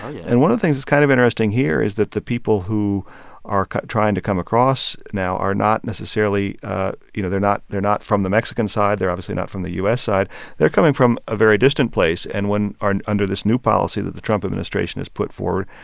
yeah and one of the things that's kind of interesting here is that the people who are trying to come across now are not necessarily you know, they're not they're not from the mexican side. they're obviously not from the u s. side they're coming from a very distant place. and when and under this new policy that the trump administration has put forward,